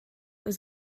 was